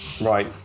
Right